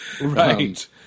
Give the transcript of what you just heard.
right